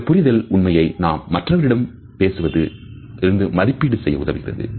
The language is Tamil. இந்த புரிதல் உண்மையை நாம் மற்றவர்களிடம் பேசுவது இருந்து மதிப்பீடு செய்ய உதவுகிறது